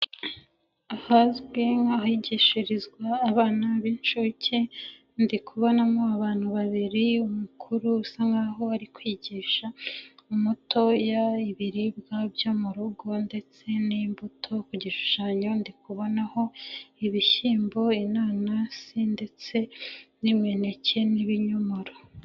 Ahazwi nk'ahigishirizwa abana b'inshuke, ndi kubonamo abantu babiri umukuru usa nk'aho ari kwigisha, imbutoya, ibiribwa byo mu rugo ndetse n'imbuto, ku gishushanyo, ndikubonaho ibishyimbo, inanasi ndetse n'imineke n'ibinyomoro.